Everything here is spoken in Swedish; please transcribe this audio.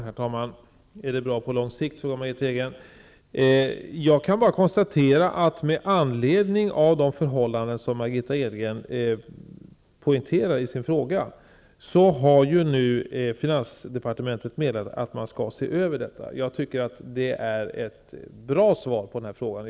Herr talman! Om det är bra på lång sikt vet jag inte. Jag kan bara konstatera att med anledning av de förhållanden som Margitta Edgren poängterar i sin fråga har finansdepartementet meddelat att man skall se över detta. Jag tycker att det är ett bra svar på frågan.